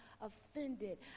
offended